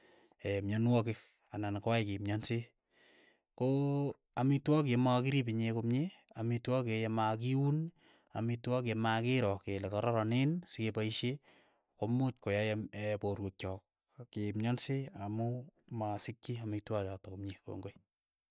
myanwogik anan koyae ke myanse, ko amitwogik ye makirip inye komie. amitwogik ye makiun. amitwogik yemakiro kele kararanen sekepaishe komuch koyai am porwek chok kemyanse amu masikchi amitwogik chotok komie, kongoi.